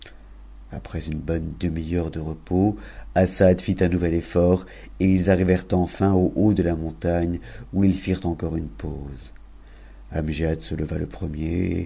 apres une bonne demi-heure de repos assad fit un nouvel effort f ils arrivèrent enfin au haut de la montagne où ils ûrent encore une use amgiad se leva le premier